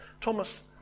Thomas